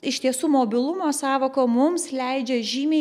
iš tiesų mobilumo sąvoka mums leidžia žymiai